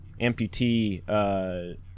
amputee